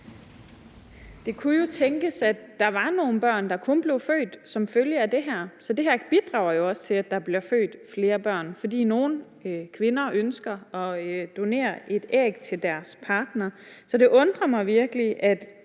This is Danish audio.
Det kunne jo tænkes, at der var nogle børn, der kun blev født som følge af det her. Så det bidrager jo også til, at der bliver født flere børn, at nogle kvinder ønsker at donere et æg til deres partner. Så det undrer mig virkelig, at